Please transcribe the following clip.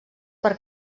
per